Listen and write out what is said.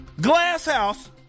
Glasshouse